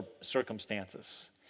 circumstances